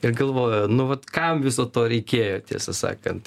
ir galvoju nu vat kam viso to reikėjo tiesą sakant